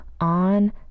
on